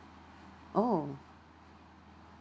oh